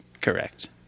Correct